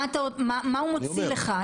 איזו תעודה הוא מוציא לך?